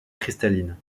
cristalline